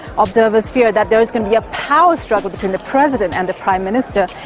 observers fear that there is going to be a power struggle between the president and the prime minister,